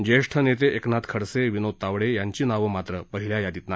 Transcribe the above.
ज्येष्ठ नेते एकनाथ खडसे विनोद तावडे यांची नावं मात्र पहिल्या यादीत नाही